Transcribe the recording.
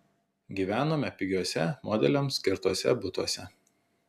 gyvenome pigiuose modeliams skirtuose butuose